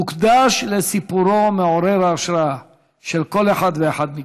מוקדש לסיפורו מעורר ההשראה של כל אחד ואחד מכם.